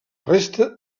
resta